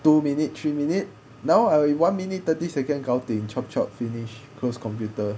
two minute three minute now I one minute thirty second gaodim chop chop finish close computer